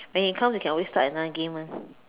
when he come you can always start another game [one]